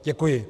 Děkuji.